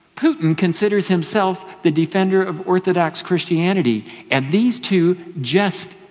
putin considers himself the defender of orthodox christianity and these two just,